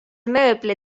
mööbli